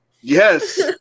Yes